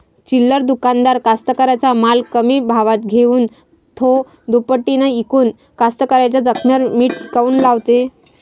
चिल्लर दुकानदार कास्तकाराइच्या माल कमी भावात घेऊन थो दुपटीनं इकून कास्तकाराइच्या जखमेवर मीठ काऊन लावते?